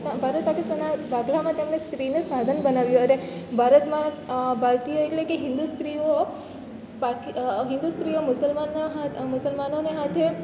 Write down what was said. ભારત પાકિસ્તાનના ભાગલામાં તેમને સ્ત્રીને સાધન બનાવ્યું અરે ભારતમાં ભારતીય એટલે કે હિન્દુ સ્ત્રીઓ હિન્દુ સ્ત્રીઓ મુસલમાનોને હાથે